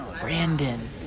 Brandon